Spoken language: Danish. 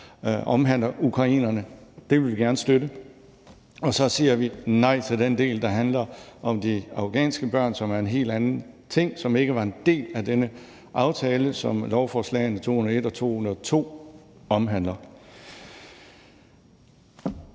omhandler ukrainerne – den vil vi gerne støtte – og så sige nej til den del, der handler om de afghanske børn, som er en helt anden ting, og som ikke var en del af den aftale, som lovforslagene L 201 og L 202 omhandler.